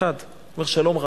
"שלום רב.